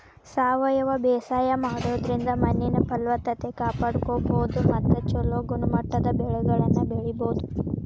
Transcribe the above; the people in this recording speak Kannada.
ಸಾವಯವ ಬೇಸಾಯ ಮಾಡೋದ್ರಿಂದ ಮಣ್ಣಿನ ಫಲವತ್ತತೆ ಕಾಪಾಡ್ಕೋಬೋದು ಮತ್ತ ಚೊಲೋ ಗುಣಮಟ್ಟದ ಬೆಳೆಗಳನ್ನ ಬೆಳಿಬೊದು